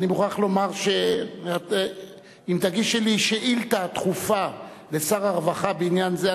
ואני מוכרח לומר שאם תגישי לי שאילתא דחופה לשר הרווחה בעניין זה,